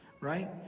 Right